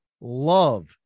love